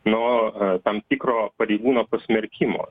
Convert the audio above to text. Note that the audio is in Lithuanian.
nuo tam tikro pareigūno pasmerkimo